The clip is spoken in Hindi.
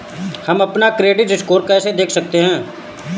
हम अपना क्रेडिट स्कोर कैसे देख सकते हैं?